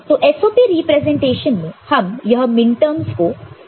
तो SOP representation में हम यह मिनटर्म्स को लिखेंगे